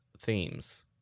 themes